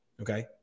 okay